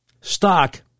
stock